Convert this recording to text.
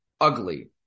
Ugly